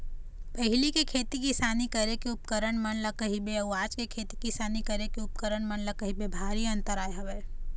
पहिली के खेती किसानी करे के उपकरन मन ल कहिबे अउ आज के खेती किसानी के उपकरन मन ल कहिबे भारी अंतर आय हवय